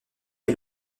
est